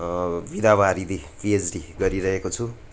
विद्यावारिधि PhD गरिरहेको छु